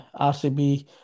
RCB